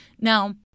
Now